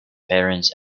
parents